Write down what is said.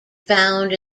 found